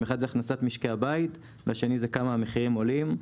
אחד זה הכנסת משקי הבית והשני זה כמה המחירים עולים.